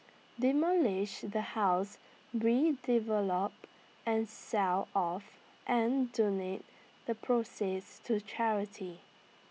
demolish the house redevelop and sell off and donate the proceeds to charity